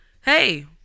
hey